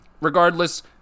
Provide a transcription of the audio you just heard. Regardless